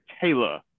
Taylor